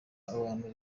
abantu